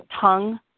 tongue